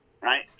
Right